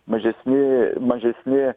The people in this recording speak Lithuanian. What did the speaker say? mažesni mažesni